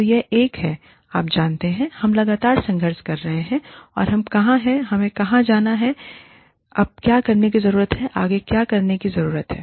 तो यह एक है आप जानते हैं हम लगातार संघर्ष कर रहे हैं हम कहाँ हैं हमें कहाँ जाना है अब क्या करने की जरूरत है आगे क्या करने की जरूरत है